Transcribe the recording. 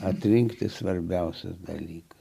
atrinkti svarbiausias dalykas